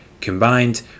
combined